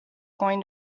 going